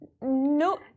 No